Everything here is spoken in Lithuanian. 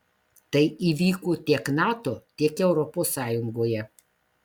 tai įvyko tiek nato tiek europos sąjungoje